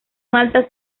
malta